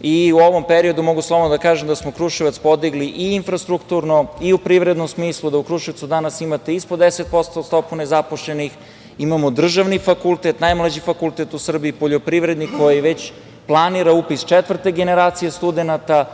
i u ovom periodu mogu slobodno da kažem da smo Kruševac podigli i infrastrukturno, i u privrednom smislu, da u Kruševcu danas imate ispod 10% stopu nezaposlenih, imamo državni fakultet, najmlađi fakultet u Srbiji, poljoprivredni koji već planira upis četvrte generacije studenata.